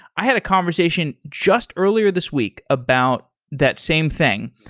i had a conversation just earlier this week about that same thing.